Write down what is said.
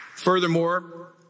Furthermore